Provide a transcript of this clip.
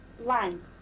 line